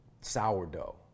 sourdough